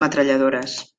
metralladores